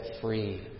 free